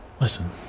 Listen